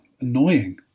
Annoying